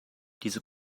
diese